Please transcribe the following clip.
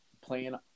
playing